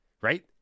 Right